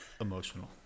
emotional